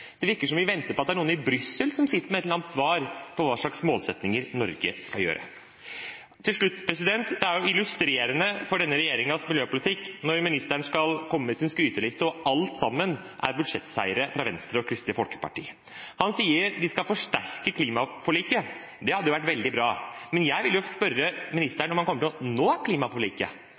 Det virker som om vi venter på at noen i Brussel kommer med et eller annet svar på hva slags målsettinger Norge skal ha. Til slutt: Det er illustrerende for denne regjeringens miljøpolitikk når ministeren skal komme med sin skryteliste og alt sammen er budsjettseiere fra Venstre og Kristelig Folkeparti. Han sier at vi skal forsterke klimaforliket. Det hadde jo vært veldig bra, men jeg vil jo spørre ministeren om han kommer til å nå klimaforliket.